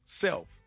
self